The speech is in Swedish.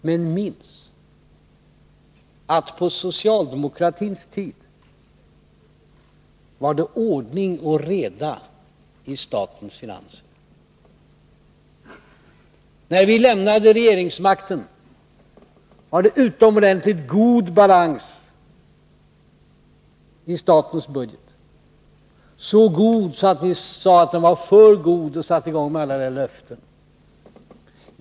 Men minns, att på socialdemokratins tid var det ordning och reda i statens finanser! När vi lämnade regeringsmakten var det utomordentligt god balans i statens budget — så god att ni sade att den var för god och satte i gång med alla era löften.